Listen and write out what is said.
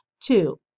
Two